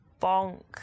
bonk